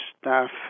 staff